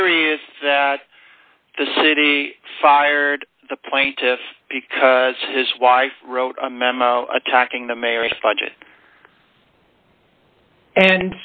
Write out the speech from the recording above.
is that the city fired the plaintiffs because his wife wrote a memo attacking the mayor spunge it and